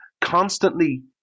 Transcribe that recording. constantly